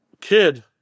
kid